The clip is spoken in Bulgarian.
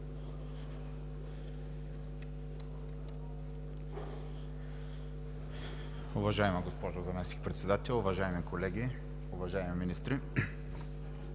Уважаема госпожо Председател, уважаеми колеги, уважаеми министри,